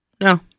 No